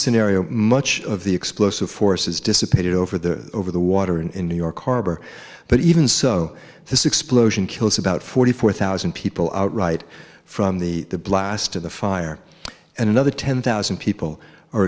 scenario much of the explosive force is dissipated over the over the water in new york harbor but even so this explosion kills about forty four thousand people outright from the blast of the fire and another ten thousand people are